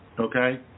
Okay